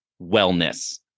wellness